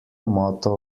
motto